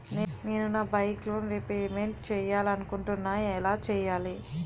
నేను నా bike loan repayment చేయాలనుకుంటున్నా ఎలా చేయాలి?